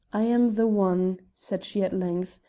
i am the one, said she at length,